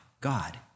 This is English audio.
God